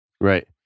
right